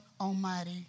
Almighty